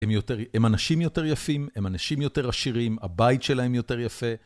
הם אנשים יותר יפים, הם אנשים יותר עשירים, הבית שלהם יותר יפה.